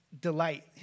delight